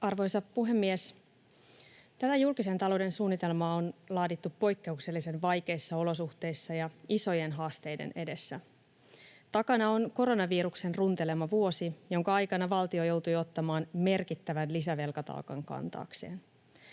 Arvoisa puhemies! Tämä julkisen talouden suunnitelma on laadittu poikkeuksellisen vaikeissa olosuhteissa ja isojen haasteiden edessä. Takana on koronaviruksen runtelema vuosi, jonka aikana valtio joutui ottamaan kantaakseen merkittävän lisävelkataakan. Koronalaskun